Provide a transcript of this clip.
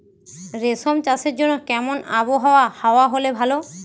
রেশম চাষের জন্য কেমন আবহাওয়া হাওয়া হলে ভালো?